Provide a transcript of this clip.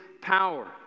power